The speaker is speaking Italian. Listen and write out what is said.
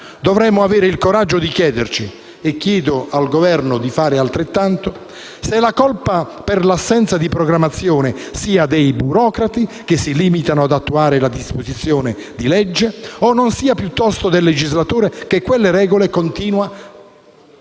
Dovremmo avere il coraggio di chiederci, e chiedo al Governo di fare altrettanto, se la colpa per l'assenza di programmazione sia dei burocrati, che si limitano ad attuare le disposizioni di legge, o non sia piuttosto del legislatore, che quelle regole continuamente